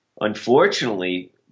unfortunately